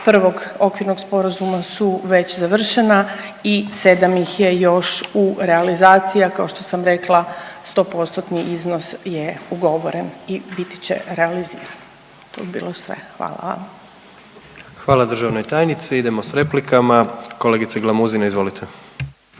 Prvog okvirnog sporazuma su već završena i sedam ih je još u realizaciji, a kao što sam rekla 100% iznos je ugovoren i biti će realiziran. To bi bilo sve. Hvala. **Jandroković, Gordan (HDZ)** Hvala državnoj tajnici, idemo s replikama. Kolegice Glamuzina izvolite.